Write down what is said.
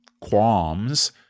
qualms